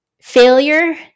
Failure